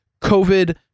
COVID